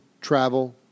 travel